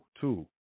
two